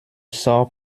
sort